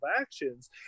actions